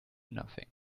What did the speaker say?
nothing